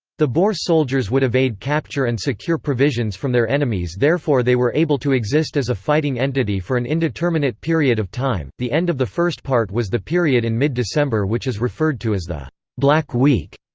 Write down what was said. the boer soldiers would evade capture and secure provisions from their enemies therefore they were able to exist as a fighting entity for an indeterminate period of time the end of the first part was the period in mid-december which is referred to as the black week.